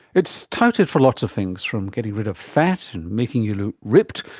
it's touted for lots of things, from getting rid of fat and making you look ripped,